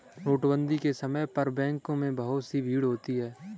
नोटबंदी के समय पर बैंकों में बहुत भीड़ होती थी